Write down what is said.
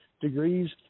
degrees